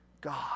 God